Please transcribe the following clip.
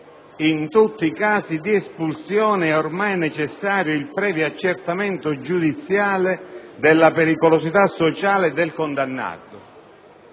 «in tutti i casi di espulsione è ormai necessario il previo accertamento giudiziale (...) della pericolosità sociale del condannato».